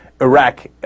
Iraq